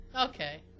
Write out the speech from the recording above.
Okay